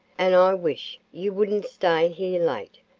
and i wish you wouldn't stay here late,